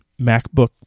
MacBook